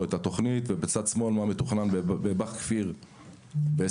בצד שמאל רואים מה מתוכנן בבא"ח כפיר ב-2023,